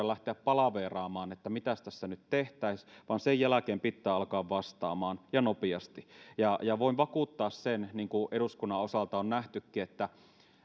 lähteä palaveeraamaan että mitäs tässä nyt tehtäisiin vaan sen jälkeen pitää alkaa vastaamaan ja nopeasti ja ja voin vakuuttaa että niin kuin eduskunnan osalta on nähtykin